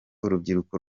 urubyiruko